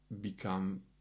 become